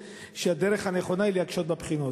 על האג'נדה שלפיה הדרך הנכונה היא להקשות בבחינות.